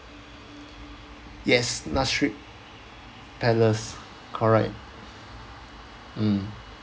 yes nasrid palace correct mm